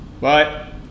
bye